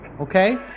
okay